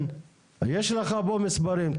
יש לך פה מספרים.